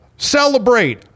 celebrate